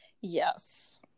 Yes